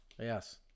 yes